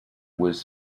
was